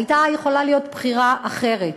הייתה יכולה להיות בחירה אחרת,